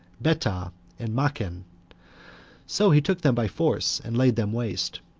betah and machen so he took them by force, and laid them waste.